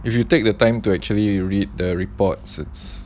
if you take the time to actually read the report says